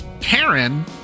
Karen